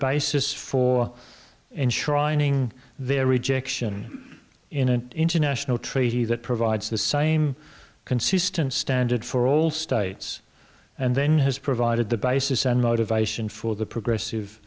enshrining their rejection in an international treaty that provides the same consistent standard for all states and then has provided the basis and motivation for the progressive